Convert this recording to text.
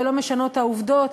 ולא משנות העובדות,